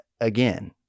again